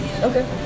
okay